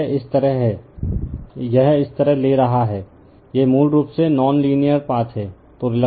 तो यह इस तरह है यह इस तरह ले रहा है यह मूल रूप से नॉन लीनियर पाथ है